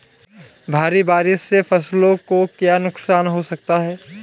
भारी बारिश से फसलों को क्या नुकसान हो सकता है?